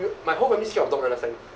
my whole family scared of dog [one] last time